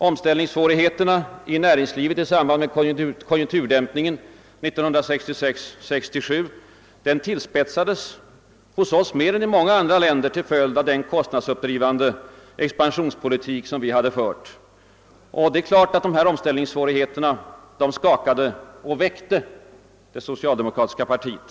Omställningssvårigheterna i näringslivet i samband med konjunkturdämpningen 1966 och 1967 tillspetsades mer hos oss än i många andra länder till följd av den kostnadsuppdrivande expansionspolitik som vi hade fört, och det är klart att de omställningssvårigheterna skakade och väckte det socialdemokratiska partiet.